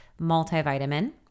multivitamin